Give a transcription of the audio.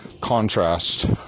contrast